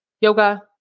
yoga